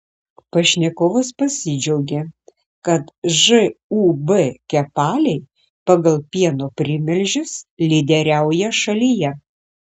pašnekovas pasidžiaugė kad žūb kepaliai pagal pieno primilžius lyderiauja šalyje